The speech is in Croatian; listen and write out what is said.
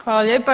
Hvala lijepa.